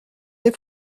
n’ai